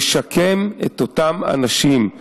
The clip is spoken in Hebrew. לשקם את אותם אנשים,